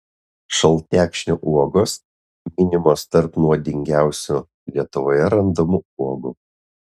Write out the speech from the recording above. šaltekšnio uogos minimos tarp nuodingiausių lietuvoje randamų uogų